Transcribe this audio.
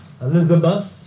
Elizabeth